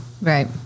Right